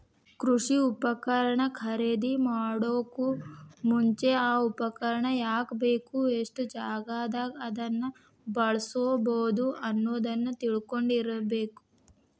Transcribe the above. ಕೃಷಿ ಉಪಕರಣ ಖರೇದಿಮಾಡೋಕು ಮುಂಚೆ, ಆ ಉಪಕರಣ ಯಾಕ ಬೇಕು, ಎಷ್ಟು ದೊಡ್ಡಜಾಗಾದಾಗ ಅದನ್ನ ಬಳ್ಸಬೋದು ಅನ್ನೋದನ್ನ ತಿಳ್ಕೊಂಡಿರಬೇಕು